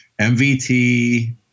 MVT